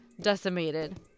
decimated